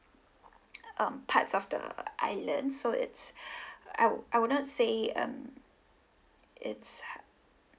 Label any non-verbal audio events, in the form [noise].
um parts of the island so it's [breath] l would I would not say um it's [noise]